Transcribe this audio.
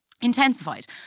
intensified